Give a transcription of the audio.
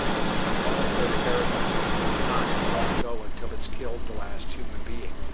this is a monetary paradigm that will not let go until it's killed the last human being.